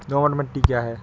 दोमट मिट्टी क्या है?